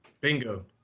bingo